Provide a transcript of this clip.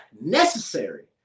necessary